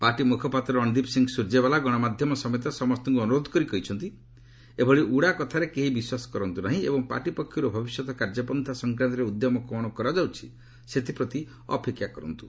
party ମୁଖପାତ୍ର ରଣଦୀପ ସିଂହ ସୁରଜେୱାଲ ଗଣମାଧ୍ୟମ ସମେତ ସମସ୍ତଙ୍କୁ ଅନୁରୋଧ କରି କହିଛନ୍ତି ଏଭଳି ଉଡ଼ା କଥାରେ କେହି ବିଶ୍ୱାସ କରନ୍ତୁ ନାହିଁ ଏବଂ ପାର୍ଟି ପକ୍ଷରୁ ଭବିଷ୍ୟତ କାର୍ଯ୍ୟପନ୍ତା ସଂକ୍ରାନ୍ତରେ ଉଦ୍ୟମ କ'ଣ କରାଯାଉଛି ସେଥିପ୍ରତି ଅପେକ୍ଷା କରନ୍ତୁ